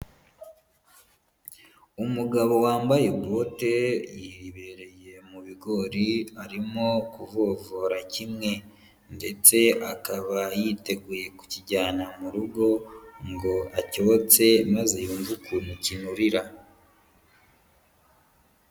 Umugabo wambaye bote yibereye mu bigori, arimo kuvovora kimwe, ndetse akaba yiteguye kukijyana mu rugo ngo acyotse, maze yumve ukuntu kinurira.